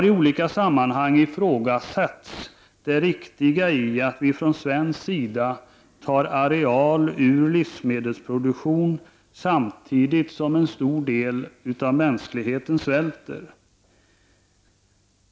I olika sammanhang har man ifrågasatt det riktiga i att vi från svensk sida tar areal ur livsmedelsproduktion samtidigt som en stor del av mänskligheten svälter.